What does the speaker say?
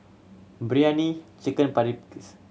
Biryani Chicken Paprikas